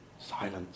Silence